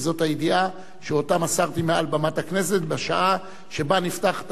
וזאת הידיעה שאותה מסרתי מעל במת הכנסת בשעה שבה נפתחת